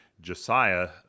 Josiah